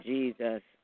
Jesus